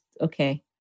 okay